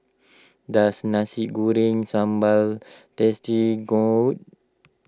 does Nasi Goreng Sambal tasty good